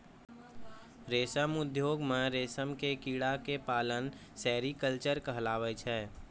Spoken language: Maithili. रेशम उद्योग मॅ रेशम के कीड़ा क पालना सेरीकल्चर कहलाबै छै